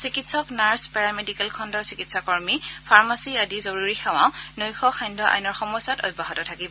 চিকিৎসক nurse paramedical খণ্ডৰ চিকিৎসাকৰ্মী ফাৰ্মচী আদি জৰুৰী সেৱাও নৈশ সান্ধ্য আইনৰ সময়ছোৱাত অব্যাহত থাকিব